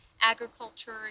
agriculture